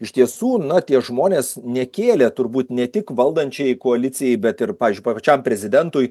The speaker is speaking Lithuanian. iš tiesų na tie žmonės nekėlė turbūt ne tik valdančiajai koalicijai bet ir pavyzdžiui pačiam prezidentui